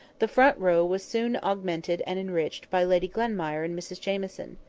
the front row was soon augmented and enriched by lady glenmire and mrs jamieson.